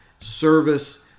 service